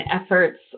efforts